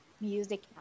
music